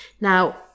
Now